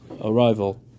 arrival